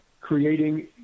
creating